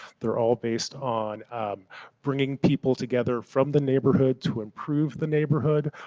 they are all based on bringing people together from the neighborhood to improve the neighborhood.